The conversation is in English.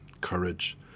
courage